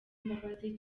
imbabazi